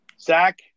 Zach